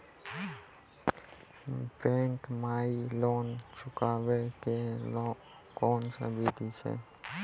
Bank माई loan चुकाबे के कोन बिधि छै?